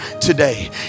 today